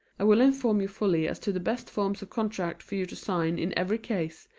i will inform you fully as to the best forms of contract for you to sign in every case,